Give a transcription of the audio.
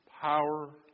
power